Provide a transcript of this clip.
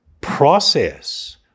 process